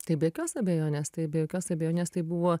tai be jokios abejonės tai be jokios abejonės tai buvo